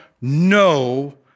no